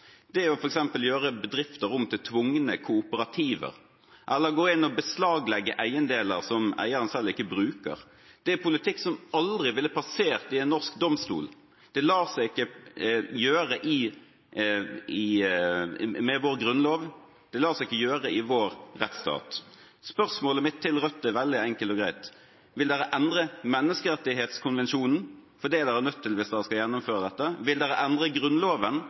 det å gjøre bedrifter om til tvungne kooperativer eller gå inn og beslaglegge eiendeler som eieren selv ikke bruker, politikk som aldri ville passert i en norsk domstol. Det lar seg ikke gjøre med vår grunnlov, det lar seg ikke gjøre i vår rettsstat. Spørsmålet mitt til Rødt er veldig enkelt og greit: Vil de endre menneskerettskonvensjonen? For det er de nødt til hvis de skal gjennomføre dette. Vil de endre Grunnloven